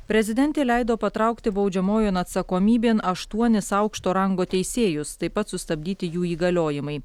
prezidentė leido patraukti baudžiamojon atsakomybėn aštuonis aukšto rango teisėjus taip pat sustabdyti jų įgaliojimai